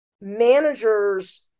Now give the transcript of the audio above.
managers